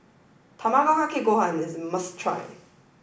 Tamago Kake Gohan is a must try